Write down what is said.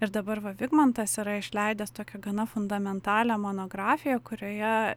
ir dabar va vidmantas yra išleidęs tokią gana fundamentalią monografiją kurioje